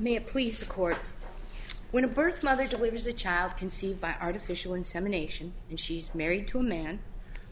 me a police record when a birth mother delivers a child conceived by artificial insemination and she is married to a man